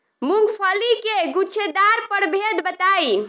मूँगफली के गूछेदार प्रभेद बताई?